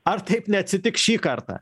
ar taip neatsitiks šį kartą